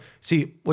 see